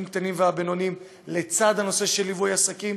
קטנים והבינוניים לצד הנושא של ליווי עסקים.